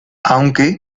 aunque